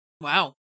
Wow